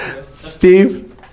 Steve